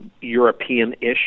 European-ish